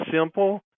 Simple